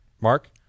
Mark